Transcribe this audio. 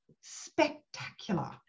spectacular